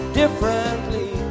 differently